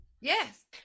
Yes